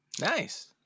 Nice